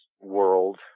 world